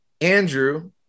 Andrew